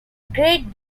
great